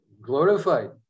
glorified